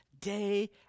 Day